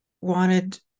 wanted